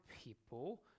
people